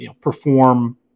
perform